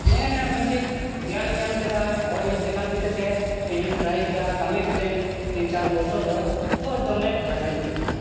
ᱱᱮ ᱱᱮ ᱢᱤᱫᱴᱤᱡ ᱜᱮᱭᱟᱱᱤᱧ ᱧᱟᱢ ᱠᱮᱫᱟ ᱦᱚᱲ ᱤᱧ ᱫᱮᱠᱷᱟ ᱤᱫᱤ ᱠᱟᱛᱮ ᱤᱧ ᱦᱩᱧ ᱴᱨᱟᱭ ᱠᱮᱫᱟ ᱠᱟᱹᱢᱤ ᱠᱮᱫᱟᱹᱧ ᱛᱤᱱ ᱪᱟᱨ ᱵᱚᱪᱷᱚᱨ ᱫᱚ ᱛᱚ ᱫᱚᱢᱮ ᱯᱷᱟᱭᱫᱟᱧ ᱵᱩᱡᱷᱟᱹᱣ ᱠᱮᱫᱟ